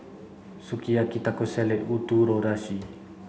Sukiyaki Taco Salad and Ootoro Sushi